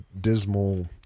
dismal